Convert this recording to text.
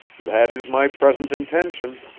that is my present intention,